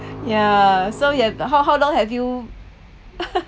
ya so you have how how long have you